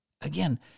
Again